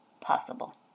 possible